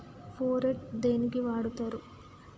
Phorate దేనికి వాడుతరు?